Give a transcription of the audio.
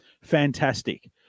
fantastic